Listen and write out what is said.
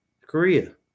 Korea